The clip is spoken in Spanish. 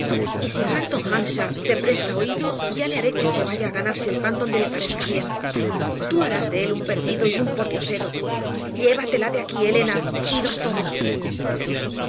hareton earnshaw te presta oído ya le haré que se vaya a ganarse el pan donde le parezca bien tú harás de él un perdido y un pordiosero llévatela de aquí elena idos todos